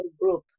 group